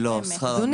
לא, שכר המינימום.